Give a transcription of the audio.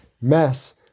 mess